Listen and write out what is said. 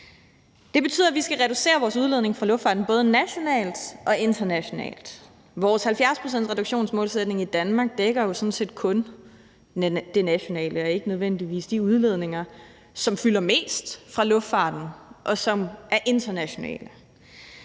Det betyder, at vi skal reducere vores udledning fra luftfarten både nationalt og internationalt. Vores 70-procentsreduktionsmålsætning i Danmark dækker jo sådan set kun det nationale og ikke nødvendigvis de udledninger, som fylder mest fra luftfarten, og som er internationale.